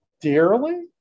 dearly